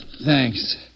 Thanks